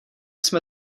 jsme